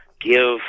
give